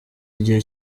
igihe